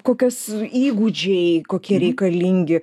kokios įgūdžiai kokie reikalingi